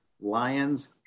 Lions